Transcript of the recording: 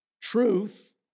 truth